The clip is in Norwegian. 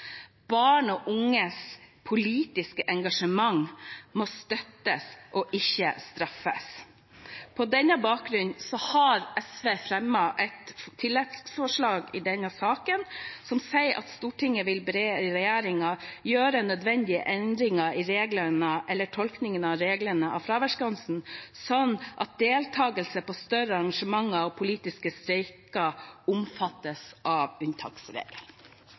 Barn og unges politiske engasjement må støttes, ikke straffes. På denne bakgrunn har SV fremmet et forslag i denne saken, som sier: «Stortinget vil be regjeringen gjøre nødvendige endringer i reglene eller tolkningen av reglene om fraværsgrensen, slik at deltakelse på større arrangementer og politiske streiker omfattes av unntaksregelen